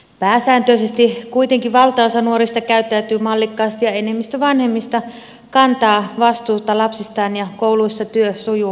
pääsääntöisesti kuitenkin valtaosa nuorista käyttäytyy mallikkaasti ja enemmistö vanhemmista kantaa vastuuta lapsistaan ja kouluissa työ sujuu mallikkaasti